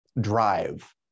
drive